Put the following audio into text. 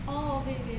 orh okay okay